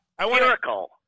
miracle